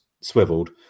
swiveled